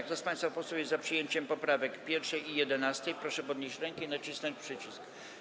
Kto z państwa posłów jest za przyjęciem poprawek 1. i 11., proszę podnieść rękę i nacisnąć przycisk.